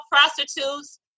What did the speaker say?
prostitutes